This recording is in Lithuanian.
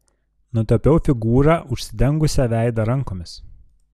nutapiau figūrą užsidengusią veidą rankomis